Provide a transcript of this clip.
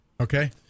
okay